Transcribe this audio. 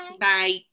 bye